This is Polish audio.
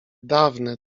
dawne